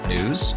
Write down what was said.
News